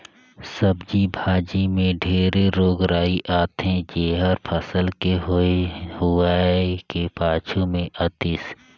सब्जी भाजी मे ढेरे रोग राई आथे जेहर फसल के होए हुवाए के पाछू मे आतिस